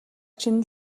чинь